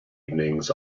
evenings